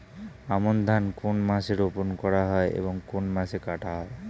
আমন ধান কোন মাসে রোপণ করা হয় এবং কোন মাসে কাটা হয়?